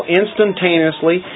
instantaneously